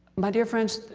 my dear friends,